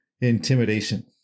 intimidation